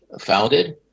founded